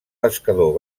pescador